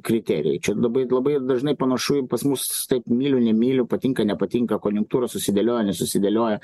kriterijai čia labai labai dažnai panašu į pas mus taip myliu nemyliu patinka nepatinka konjunktūra susidėlioja nesusidėlioja